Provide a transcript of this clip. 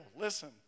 Listen